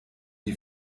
die